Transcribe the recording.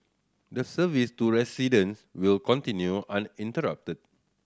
the service to residents will continue uninterrupted